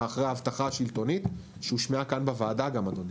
ואחרי ההבטחה השלטונית שהושמעה כאן בוועדה גם אדוני.